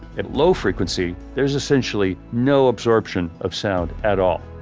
at low frequency, there's essentially no absorption of sound at all.